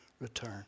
return